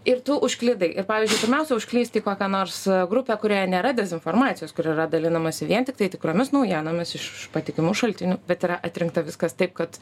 ir tu užklydai ir pavyzdžiui pirmiausia užklysti į kokią nors grupę kurioje nėra dezinformacijos kur yra dalinamasi vien tiktai tikromis naujienomis iš patikimų šaltinių bet yra atrinkta viskas taip kad